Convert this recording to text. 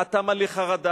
אתה מלא חרדה,